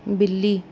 बिल्ली